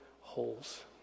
holes